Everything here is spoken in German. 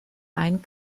ein